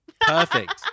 perfect